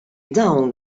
dawn